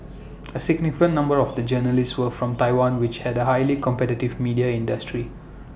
A significant number of A journalists were from Taiwan which had A highly competitive media industry